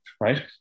right